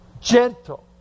Gentle